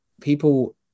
people